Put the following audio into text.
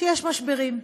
שיש משברים.